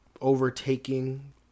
overtaking